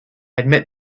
admit